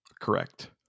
Correct